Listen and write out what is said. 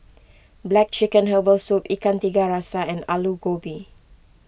Black Chicken Herbal Soup Ikan Tiga Rasa and Aloo Gobi